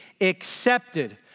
accepted